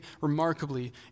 remarkably